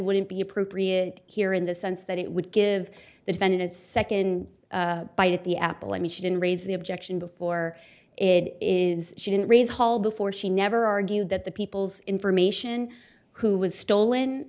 wouldn't be appropriate here in the sense that it would give the defendant a second bite at the apple i mean he didn't raise the objection before it is she didn't raise hall before she never argued that the people's information who was stolen